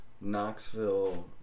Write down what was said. Knoxville